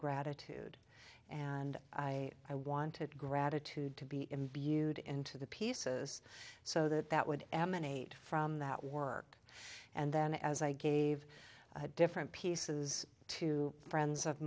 gratitude and i i wanted gratitude to be imbued into the pieces so that that would emanate from that work and then as i gave a different pieces to friends of